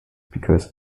because